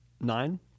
Nine